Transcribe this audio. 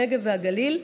הנגב והגליל,